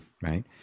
right